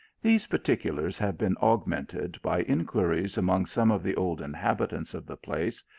these particulars have been augmented by inquiries among some of the old inhabitants of the place,